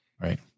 Right